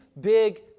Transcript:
big